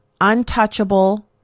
untouchable